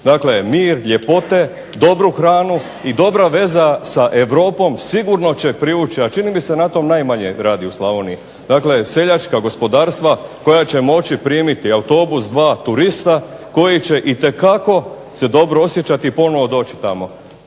Dakle, mir, ljepote, dobru hranu i dobra veza sa Europom sigurno će privući. A čini mi se na tom najmanje rade u Slavoniji. Dakle, seljačka gospodarstva koja će moći primiti autobus, dva turista koji će itekako se dobro osjećati i ponovno doći tamo.